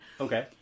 Okay